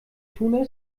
tun